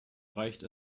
reicht